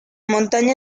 montaña